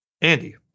Andy